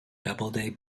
doubleday